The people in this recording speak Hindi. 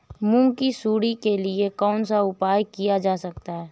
मूंग की सुंडी के लिए कौन सा उपाय किया जा सकता है?